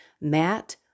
Matt